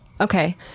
Okay